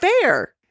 Fair